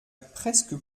presque